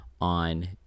on